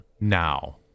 now